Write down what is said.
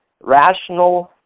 Rational